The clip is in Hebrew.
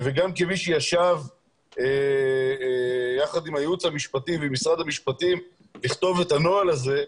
גם כמי שישב יחד עם הייעוץ המשפטי במשרד המשפטים לכתוב את הנוהל הזה,